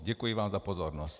Děkuji vám za pozornost.